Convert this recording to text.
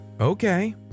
okay